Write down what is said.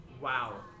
Wow